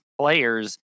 players